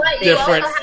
different